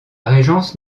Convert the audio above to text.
régence